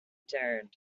turned